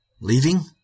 Leaving